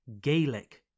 Gaelic